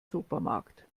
supermarkt